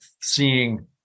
seeing